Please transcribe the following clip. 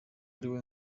ari